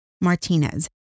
Martinez